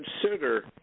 consider